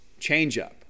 changeup